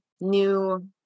new